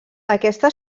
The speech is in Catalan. aquesta